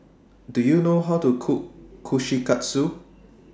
Do YOU know How to Cook Kushikatsu